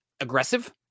aggressive